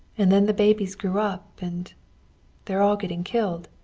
and then the babies grew up, and they're all getting killed.